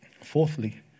Fourthly